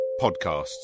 podcasts